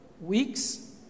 weeks